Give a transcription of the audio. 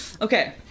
okay